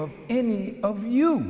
of any of you